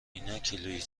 ایناکیلویی